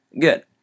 Good